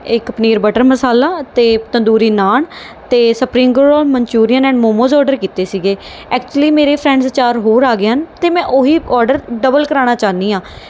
ਇਕ ਪਨੀਰ ਬਟਰ ਮਸਾਲਾ ਅਤੇ ਤੰਦੂਰੀ ਨਾਨ ਅਤੇ spring roll Manchurian and momos order ਕੀਤੇ ਸੀਗੇ ਐਕਚੁਲੀ ਮੇਰੇ ਫਰੈਂਡਜ਼ ਚਾਰ ਹੋਰ ਆ ਗਏ ਹਨ ਅਤੇ ਮੈਂ ਉਹੀ ਔਡਰ ਡਬਲ ਕਰਵਾਉਣਾ ਚਾਹੁੰਦੀ ਹਾਂ